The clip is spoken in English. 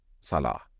salah